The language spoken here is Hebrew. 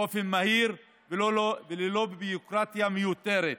באופן מהיר וללא ביורוקרטיה מיותרת,